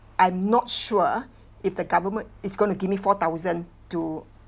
I'm not sure if the government is gonna give me four thousand to